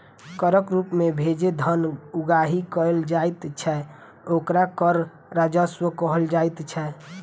करक रूप मे जे धन उगाही कयल जाइत छै, ओकरा कर राजस्व कहल जाइत छै